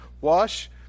Wash